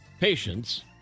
patients